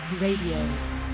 Radio